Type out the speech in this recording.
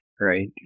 right